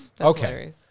Okay